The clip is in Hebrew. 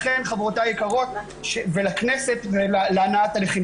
לכן חברותיי היקרות ולכנסת ולהנעת תהליכים,